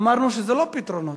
אמרנו שזה לא פתרונות,